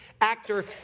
actor